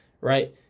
right